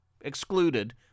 excluded